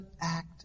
act